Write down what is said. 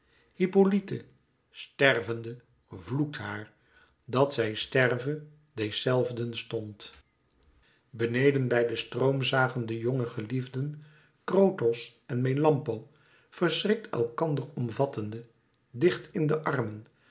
hippolyte stervende vlekt haar dat zij sterve deez zelven stond beneden bij den stroom zagen de jonge geliefden krotos en melampo verschrikt elkander ornvattende dicht in de armen